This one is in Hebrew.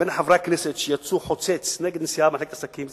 בין חברי הכנסת שיצאו חוצץ נגד נסיעה במחלקת עסקים,